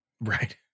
Right